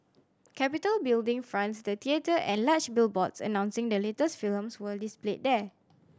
Capitol Building fronts the theatre and large billboards announcing the latest films were displayed there